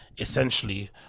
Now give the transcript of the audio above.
essentially